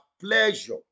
pleasure